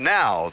now